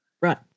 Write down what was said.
Right